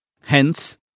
Hence